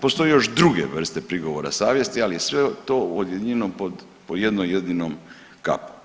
Postoje još druge vrste prigovora savjesti ali je sve to objedinjeno pod jednom jedinom kapom.